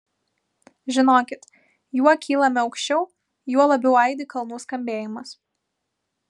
žinokit juo kylame aukščiau juo labiau aidi kalnų skambėjimas